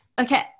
Okay